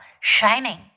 shining